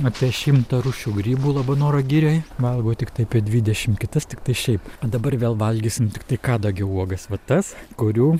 apie šimtą rūšių grybų labanoro girioj valgau tiktai apie dvidešimt kitas tiktai šiaip dabar vėl valgysim tiktai kadagio uogas vat tas kurių